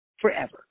forever